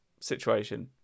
situation